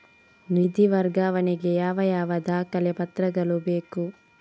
ನಿಧಿ ವರ್ಗಾವಣೆ ಗೆ ಯಾವ ಯಾವ ದಾಖಲೆ ಪತ್ರಗಳು ಬೇಕು?